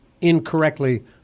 incorrectly